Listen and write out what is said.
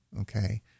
Okay